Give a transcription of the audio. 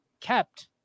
kept